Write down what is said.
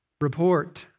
report